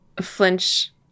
Flinch